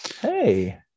Hey